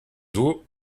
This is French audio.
dos